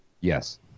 Yes